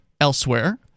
elsewhere